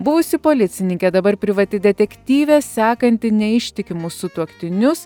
buvusi policininkė dabar privati detektyvė sekanti neištikimus sutuoktinius